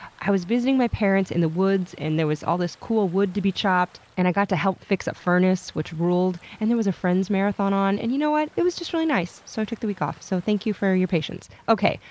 i was visiting my parents in the woods and there was all this cool wood to be chopped, and i got to help fix a furnace which ruled, and there was a friends marathon on, and you know what it was just really nice. so, i took the week off. so, thank you for your patience. okay,